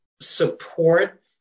support